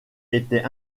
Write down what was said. était